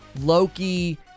Loki